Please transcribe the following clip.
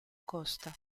costa